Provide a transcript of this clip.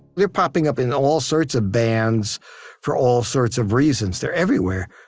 they're popping up in all sorts of bands for all sorts of reasons. they're everywhere.